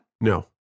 No